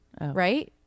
right